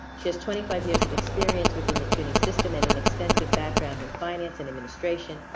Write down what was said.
she has twenty five years of experience within the cuny system and an extensive background in finance and administration,